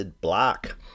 black